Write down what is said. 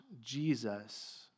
Jesus